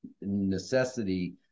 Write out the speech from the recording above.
necessity